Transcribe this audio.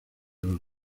los